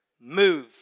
move